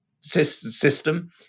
system